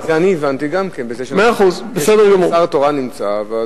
אני הבנתי גם כן שר תורן נמצא, אבל,